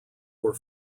were